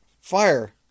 Fire